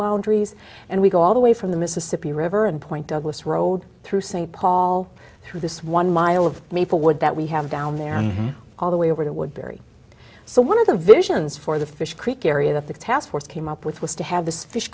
boundaries and we go all the way from the mississippi river and point douglas road through st paul through this one mile of maple wood that we have down there and all the way over to woodbury so one of the visions for the fish creek area that the task force came up with was to have this fish